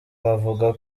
bavuga